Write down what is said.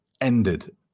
ended